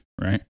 Right